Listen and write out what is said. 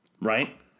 right